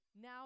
now